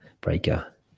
breaker